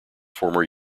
former